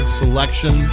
selection